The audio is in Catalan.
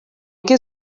que